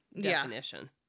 definition